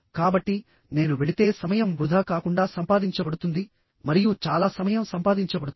కాబట్టి నేను వెళితే సమయం వృధా కాకుండా సంపాదించబడుతుంది మరియు చాలా సమయం సంపాదించబడుతుంది